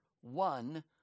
one